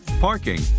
parking